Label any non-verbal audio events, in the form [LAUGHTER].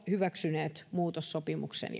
hyväksyneet muutossopimuksen [UNINTELLIGIBLE]